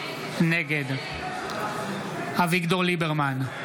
נגד אביגדור ליברמן,